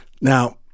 Now